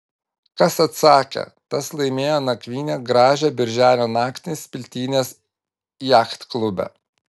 kas atsakė tas laimėjo nakvynę gražią birželio naktį smiltynės jachtklube